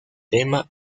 tema